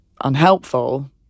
unhelpful